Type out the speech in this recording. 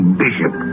bishop